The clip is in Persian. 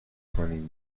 کنین